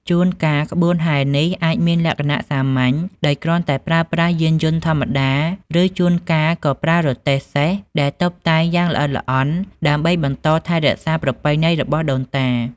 ជួនកាលក្បួនហែរនេះអាចមានលក្ខណៈសាមញ្ញដោយគ្រាន់តែប្រើប្រាស់យានយន្តធម្មតា ឬជួនកាលក៏ប្រើរទេះសេះដែលតុបតែងយ៉ាងល្អិតល្អន់ដើម្បីបន្តថែរក្សាប្រពៃណីរបស់ដូនតា។